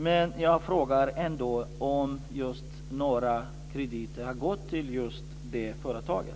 Men jag frågar ändå om några krediter har gått till just det företaget.